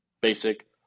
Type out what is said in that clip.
basic